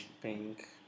pink